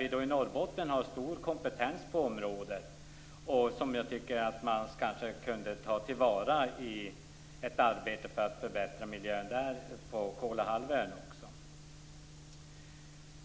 I Norrbotten har vi stor kompetens på området som jag tycker att man kan ta till vara i ett arbete för att förbättra miljön också på Kolahalvön.